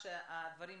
שאלה לי אליך,